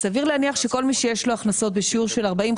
סביר להניח שכל מי שיש לו הכנסות בשיעור של 40,